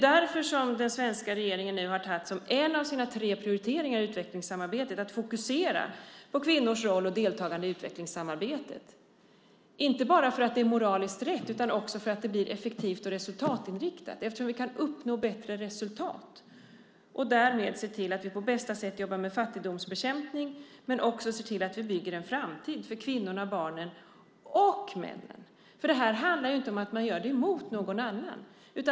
Därför har den svenska regeringen som en av sina tre prioriteringar i utvecklingssamarbetet att fokusera på kvinnors roll och deltagande i utvecklingssamarbetet, inte bara för att det är moraliskt rätt utan också för att det blir effektivt och resultatinriktat och eftersom vi kan uppnå bättre resultat. Därmed ser vi till att på bästa sätt jobba med fattigdomsbekämpning och bygga en framtid för kvinnorna, barnen och männen. Det här handlar ju inte om att man gör det mot någon annan.